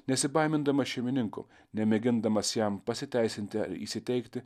nesibaimindamas šeimininko nemėgindamas jam pasiteisinti ar įsiteikti